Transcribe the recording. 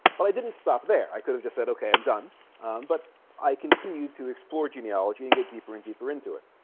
but i didn't stop there i could have just said okay i'm done but i continue to explore genealogy and get deeper and deeper into it